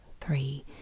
three